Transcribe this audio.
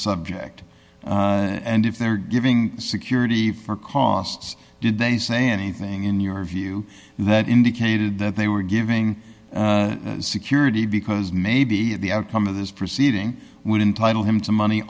subject and if they're giving security for costs did they say anything in your view that indicated that they were giving security because maybe the outcome of this proceeding would entitle him to money